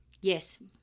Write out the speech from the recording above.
Yes